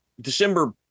December